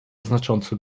znacząco